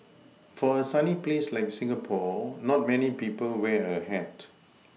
for a sunny place like Singapore not many people wear a hat